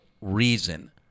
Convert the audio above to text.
reason